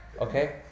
Okay